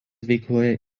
veikloje